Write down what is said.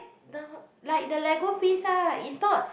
the like the lego piece lah it's not